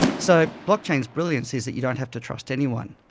so blockchain's brilliance is that you don't have to trust anyone.